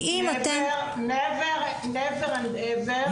Never and ever.